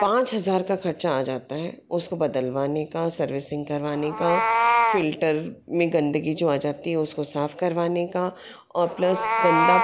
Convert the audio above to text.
पाँच हज़ार का खर्चा आ जाता है उसको बदलवाने का सर्विसिंग करवाने का फिल्टर में गंदगी जो आ जाती है उसको साफ़ करवाने का और प्लस गंदा